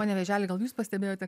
pone vėželi gal jūs pastebėjote